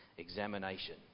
examination